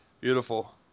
Beautiful